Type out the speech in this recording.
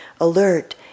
alert